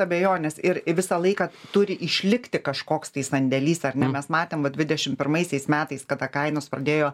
abejonės ir visą laiką turi išlikti kažkoks tai sandėlys ar ne mes matėm dvidešim pirmaisiais metais kada kainos pradėjo